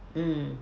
mm